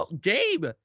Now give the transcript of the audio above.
Gabe